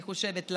אני חושבת,